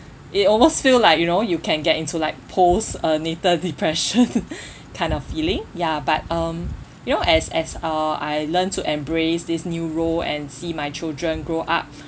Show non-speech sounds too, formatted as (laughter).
it almost feel like you know you can get into like post uh natal depression (laughs) kind of feeling ya but um you know as as uh I learnt to embrace this new role and see my children grow up